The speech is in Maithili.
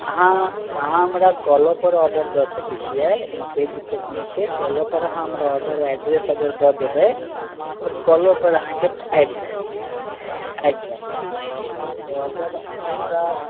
अहाँ अहाँ हमरा कॉलर पर ऑडर दऽ सकै छियै ओहिमे कोइ दिक्कत नहि छै कॉलर पर अहाँ हमरा अगर एड्रेस दय देबै तऽ कॉलर पर अहाँ के आबि जायत आबि जायत अगर अहाँ ओकरा